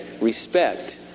respect